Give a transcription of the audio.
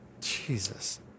jesus